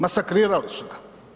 Masakrirali su ga.